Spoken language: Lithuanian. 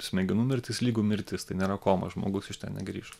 smegenų mirtis lygu mirtis tai nėra koma žmogus iš ten negrįš